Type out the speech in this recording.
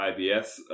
IBS